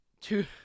Two